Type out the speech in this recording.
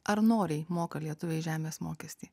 ar noriai moka lietuviai žemės mokestį